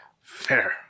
Fair